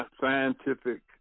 scientific